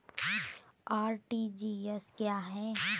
RTGS क्या है?